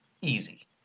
Easy